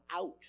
out